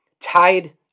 tied